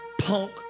punk